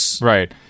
Right